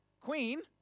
queen